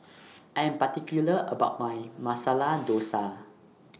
I Am particular about My Masala Dosa